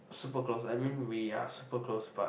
super close I mean we are super close but